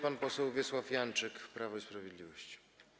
Pan poseł Wiesław Janczyk, Prawo i Sprawiedliwość.